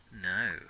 No